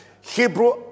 Hebrew